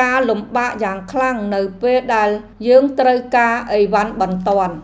ការលំបាកយ៉ាងខ្លាំងនៅពេលដែលយើងត្រូវការអីវ៉ាន់បន្ទាន់។